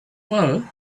well